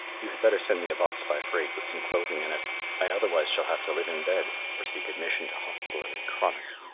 you had better send me a box by freight with some clothing in it i otherwise shall have to live in bed, or seek admission to hospital as a chronic.